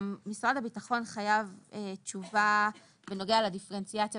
משרד הביטחון חייב תשובה בנוגע לדיפרנציאציה.